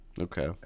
okay